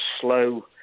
slow